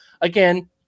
again